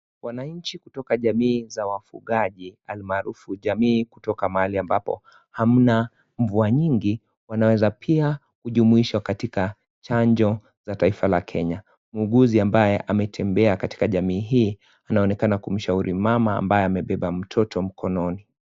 Wananchi kutoka jamii za wafugaji almarufu jamii kutoka mahali ambapo hamna mvua nyingi, wanaweza pia kujumuishwa katika chanjo za taifa la Kenya. Muuguzi ambaye ametembea katika jamii hii, anaonekana kumshauri mama ambaye amembeba mtoto mkononi.